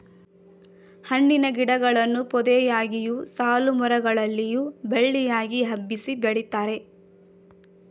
ಹಣ್ಣಿನ ಗಿಡಗಳನ್ನು ಪೊದೆಯಾಗಿಯು, ಸಾಲುಮರ ಗಳಲ್ಲಿಯೂ ಬಳ್ಳಿಯಾಗಿ ಹಬ್ಬಿಸಿ ಬೆಳಿತಾರೆ